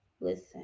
listen